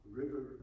river